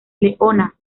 leona